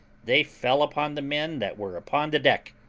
they fell upon the men that were upon the deck,